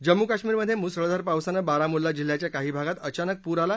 जम्मू काश्मीरमध्ये मुसळधार पावसानं बारामुल्ला जिल्ह्याच्या काही भागात अचानक पूर आला